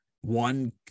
one